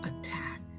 attack